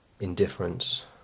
Indifference